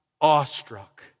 awestruck